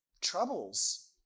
troubles